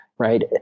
Right